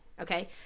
okay